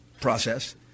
process